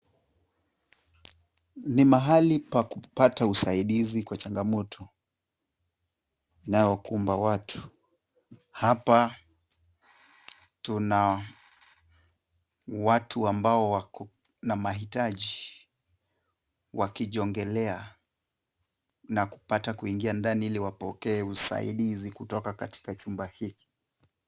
Ni mahali pa kupata usaidizi kwa changamoto inayokumba watu. Hapa tuna watu ambao wako na mahitaji, wakijongelea na kupata kuingia ndani ili wapokee usaidizi kutoka katika chumba hiki.